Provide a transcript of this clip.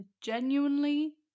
genuinely